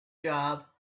job